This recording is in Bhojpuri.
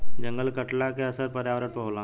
जंगल के कटला के असर पर्यावरण पर होला